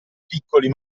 piccoli